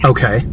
Okay